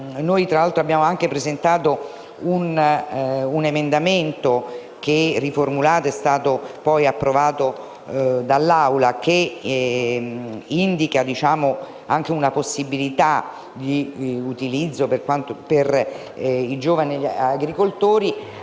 Noi abbiamo anche presentato un emendamento che, riformulato, è stato poi approvato dall'Assemblea e che indica una possibilità di utilizzo per i giovani agricoltori,